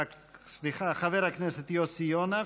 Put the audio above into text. חבר הכנסת יוסי יונה,